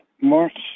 March